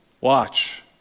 watch